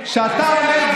אני מציע לך לא להתאפק.